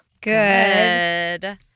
good